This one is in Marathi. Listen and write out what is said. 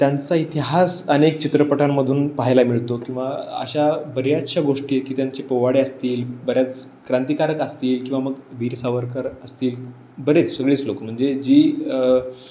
त्यांचा इतिहास अनेक चित्रपटांमधून पाहायला मिळतो किंवा अशा बऱ्याचशा गोष्टी आहेत की त्यांचे पोवाडे असतील बऱ्याच क्रांतिकारक असतील किंवा मग वीर सावरकर असतील बरेच सगळेच लोक म्हणजे जी